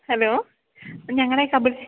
hello ഞങ്ങളെ